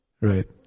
Right